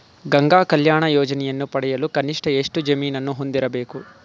ಗಂಗಾ ಕಲ್ಯಾಣ ಯೋಜನೆಯನ್ನು ಪಡೆಯಲು ಕನಿಷ್ಠ ಎಷ್ಟು ಜಮೀನನ್ನು ಹೊಂದಿರಬೇಕು?